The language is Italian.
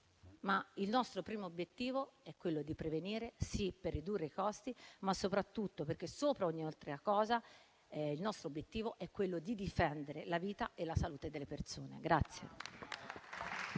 Ma il nostro primo obiettivo è prevenire per ridurre i costi, ma soprattutto perché, sopra ogni altra cosa, il nostro obiettivo è difendere la vita e la salute delle persone.